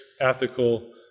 ethical